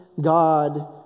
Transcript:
God